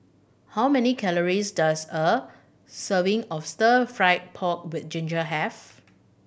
how many calories does a serving of stir fried pork with ginger have